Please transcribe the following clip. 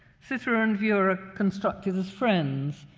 sitter and viewer are constructed as friends.